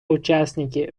участники